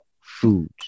food